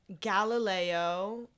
Galileo